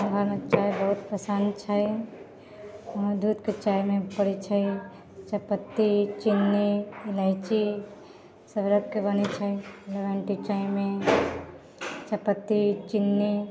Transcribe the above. हमरा ने चाय बहुत पसन्द छै दूधके चायमे पड़ै छै चायपत्ती चिन्नी इलायची सबरङ्गके बनै छै लेमन टी चायमे चायपत्ती चिन्नी